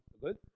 Good